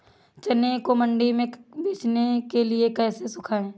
चने को मंडी में बेचने के लिए कैसे सुखाएँ?